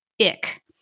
Ick